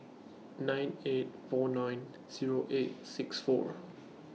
nine eight four nine Zero eight six four